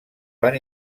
van